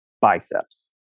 biceps